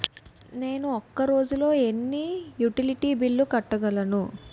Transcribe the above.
నేను ఒక రోజుల్లో ఎన్ని యుటిలిటీ బిల్లు కట్టగలను?